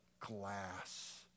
glass